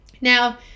Now